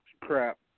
crap